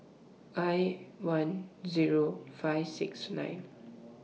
I one Zero five six nine